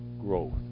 growth